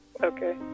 Okay